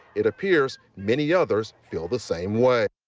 it appears many others feel the same way.